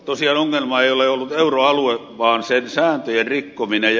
tosiaan ongelma ei ole ollut euroalue vaan sen sääntöjen rikkominen